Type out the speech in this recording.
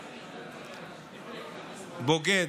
"בוגד",